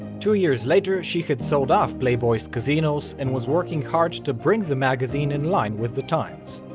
two years later she had sold off playboy's casinos and was working hard to bring the magazine in line with the times.